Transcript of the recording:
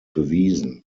bewiesen